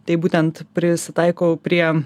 tai būtent prisitaikau prie